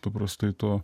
paprastai to